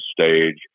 stage